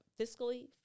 fiscally